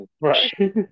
Right